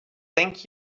thank